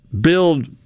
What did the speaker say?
build